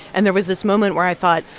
and there was this moment where i thought,